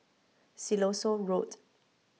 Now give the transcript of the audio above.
Siloso Road